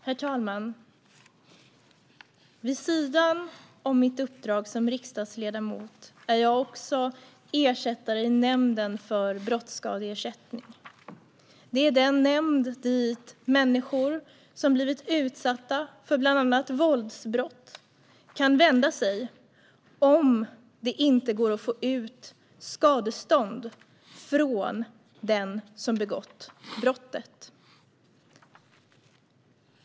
Herr talman! Vid sidan av mitt uppdrag som riksdagsledamot är jag ersättare i Nämnden för brottsskadeersättning. Det är den nämnd dit människor som blivit utsatta för bland annat våldsbrott kan vända sig om det inte går att få ut skadestånd från den som begått brottet.